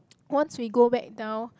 once we go back down